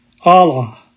Allah